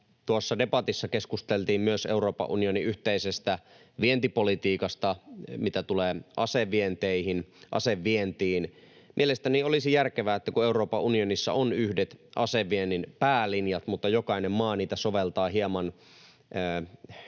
Tuossa debatissa keskusteltiin myös Euroopan unionin yhteisestä vientipolitiikasta, mitä tulee asevientiin. Mielestäni olisi järkevää — kun Euroopan unionissa on yhdet aseviennin päälinjat mutta jokainen maa niitä soveltaa hieman omaa